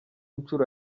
nshuro